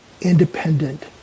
independent